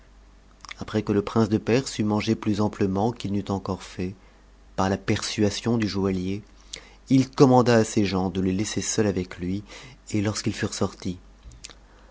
après que le prince de perse eut mangé plus amplement qu'il n'ett encore fait par la persuasion du joaihier il commanda à ses gens de le lais ser seul avec lui et lorsqu'ils